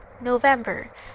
November